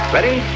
Ready